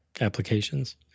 applications